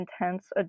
intense